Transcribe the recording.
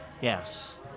Yes